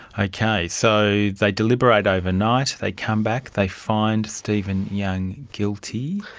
okay, so they deliberate overnight, they come back, they find stephen young guilty.